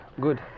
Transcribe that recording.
Good